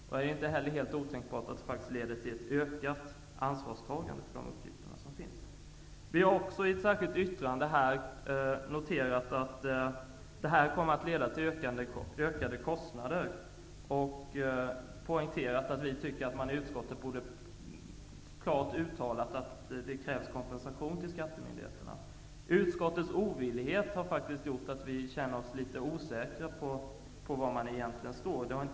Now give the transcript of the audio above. Det är heller inte helt otänkbart att det faktiskt leder till att man tar ett ökat ansvar för de uppgifter som finns. Vi har också i ett särskilt yttrande noterat att förslaget kommer att leda till ökade kostnader. Vi har poängterat att man i utskottet klart borde uttalat att det krävs kompensation till skattemyndigheterna. Utskottets ovillighet har gjort att vi känner oss litet osäkra på var man egentligen står.